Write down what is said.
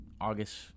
August